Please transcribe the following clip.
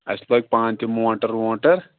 اَسہِ لٲگۍ پانہٕ تہِ موٹَر ووٹَر